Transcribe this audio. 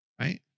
Right